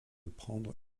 prendre